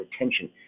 retention